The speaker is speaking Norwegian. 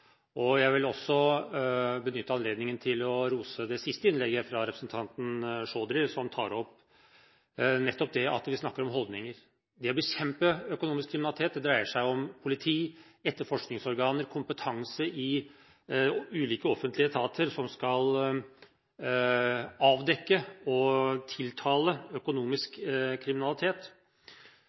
osv. Jeg vil også benytte anledningen til å rose det siste innlegget, fra representanten Chaudhry, som tar opp nettopp det at vi snakker om holdninger. Det å bekjempe økonomisk kriminalitet dreier seg om politi, etterforskningsorganer og kompetanse i ulike offentlige etater som skal avdekke og tiltale økonomisk kriminalitet.